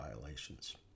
violations